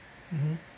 mmhmm